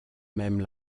même